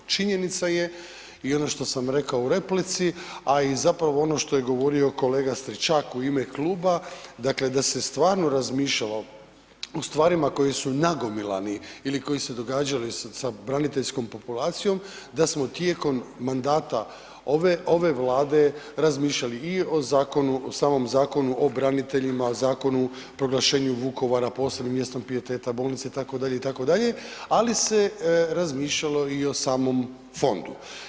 Činjenica je i ono što sam rekao u replici, a i zapravo ono što je govorio kolega Stričak u ime kluba, dakle da se stvarno razmišljalo o stvarima koji su nagomilani ili koji su se događali sa braniteljskom populacijom, da smo tijekom mandata ove, ove Vlade razmišljali i o zakonu, samom Zakonu o braniteljima, Zakonu o proglašenju Vukovara posebnim mjestom pijeteta, bolnice itd. itd., ali se razmišljalo i o samom fondu.